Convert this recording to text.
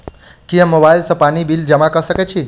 की हम मोबाइल सँ पानि बिल जमा कऽ सकैत छी?